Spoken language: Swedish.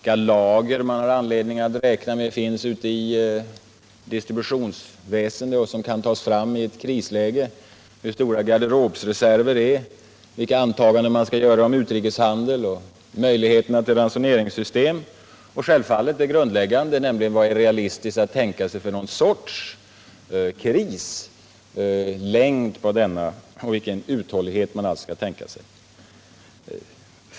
Vidare måste man få fram vilka lager som finns i distributionsväsendet och som kan användas i ett krisläge, hur stora våra garderobsreserver är, vilka antaganden man kan göra om utrikeshandeln och möjligheterna till genomförande av ett ransoneringssystem. Självfallet kommer vi fram till den grundläggande frågan: Vilken sorts kris är det realistiskt att tänka sig, vilken längd kommer denna att ha och vilken uthållighet måste vi tänka oss?